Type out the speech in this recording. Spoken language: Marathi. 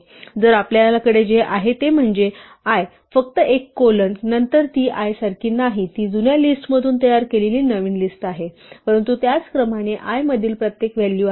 तर आपल्याकडे जे आहे ते म्हणजे l फक्त एक कोलन नंतर ती l सारखी नाही ती जुन्या लिस्ट मधून तयार केलेली नवीन लिस्ट आहे परंतु त्याच क्रमाने l मधील प्रत्येक व्हॅल्यू आहे